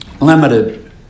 limited